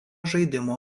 žaidimo